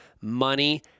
money